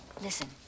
listen